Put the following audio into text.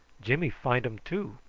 jimmy find um too.